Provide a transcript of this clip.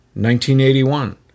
1981